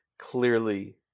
clearly